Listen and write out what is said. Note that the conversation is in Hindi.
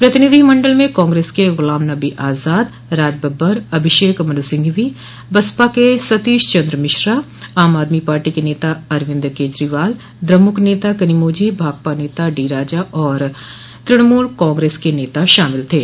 प्रतिनिधिमंडल में कांग्रेस के गुलाम नबी आजाद राजबब्बर अभिषेक मन सिंघवी बसपा के सतीश चन्द्र मिश्रा आम आदमी पार्टी के नेता अरविन्द केजरीवाल द्रमुक नेता कनिमोझी भाकपा नेता केडीराजा और तृणमूल कांग्रेस के नेता शामिल थे